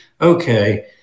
okay